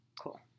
Cool